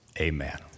amen